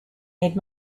made